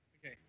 Okay